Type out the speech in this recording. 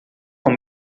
com